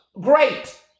Great